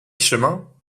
chemin